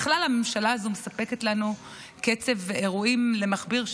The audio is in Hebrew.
בכלל, הממשלה הזו מספקת לנו אירועים למכביר.